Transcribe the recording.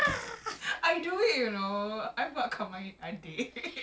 it's like ugh I'm one of them